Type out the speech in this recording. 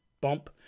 bump